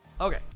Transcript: Okay